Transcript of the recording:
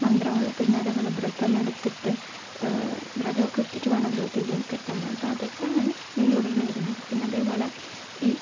മന്ത്രങ്ങളും പിന്നെ അതുപോലെ വ്രതം എടുത്തിട്ട് വ്രതോക്കെയെടുത്തിട്ട് വേണമല്ലോ തെയ്യം കെട്ടാൻ അപ്പോൾ അതൊക്കെയാണ് പിന്തുടർന്ന് വരുന്നത് പിന്നെ അതുപോലെ ഈ